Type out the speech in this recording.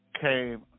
came